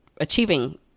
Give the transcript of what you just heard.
achieving